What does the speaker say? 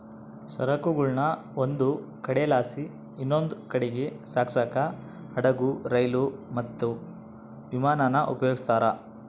ಸರಕುಗುಳ್ನ ಒಂದು ಕಡೆಲಾಸಿ ಇನವಂದ್ ಕಡೀಗ್ ಸಾಗ್ಸಾಕ ಹಡುಗು, ರೈಲು, ಮತ್ತೆ ವಿಮಾನಾನ ಉಪಯೋಗಿಸ್ತಾರ